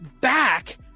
Back